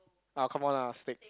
ah come on lah steak